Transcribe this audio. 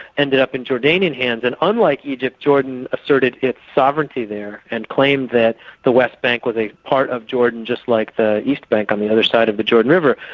ended up in jordanian hands, and unlike egypt, jordan asserted its sovereignty there, and claimed that the west bank was a part of jordan just like the east bank on the other side of the but jordan river.